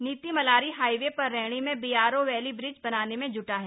नीति मलारी हाईवे पर रैणी में बीआरओ वैली ब्रिज बनाने में ज्रटा है